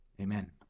amen